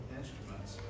instruments